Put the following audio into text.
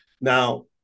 Now